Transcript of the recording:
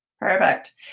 perfect